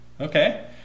Okay